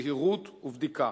זהירות ובדיקה.